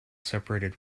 separated